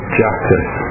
justice